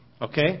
okay